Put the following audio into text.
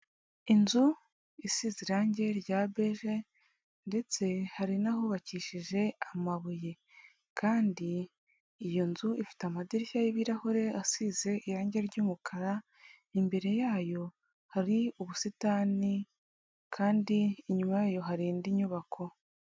Inzu isize irange rya beje ndetse hari n'ahubakishije amabuye kandi iyo nzu ifite amadirishya y'ibirahure asize irange ry'umukara, imbere yayo hari ubusitani kandi inyuma yayo hari indi nyubako.